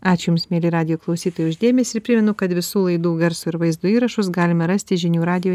ačiū jums mieli radijo klausytojai už dėmesį ir primenu kad visų laidų garso ir vaizdo įrašus galima rasti žinių radijo